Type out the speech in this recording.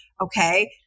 okay